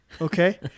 Okay